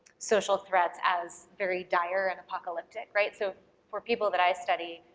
social threats as very dire and apocalyptic, right. so for people that i study,